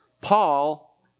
Paul